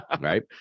Right